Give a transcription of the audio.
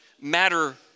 matter